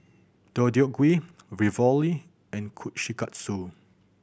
Deodeok Gui Ravioli and Kushikatsu